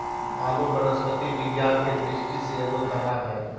आलू वनस्पति विज्ञान के दृष्टि से एगो तना हइ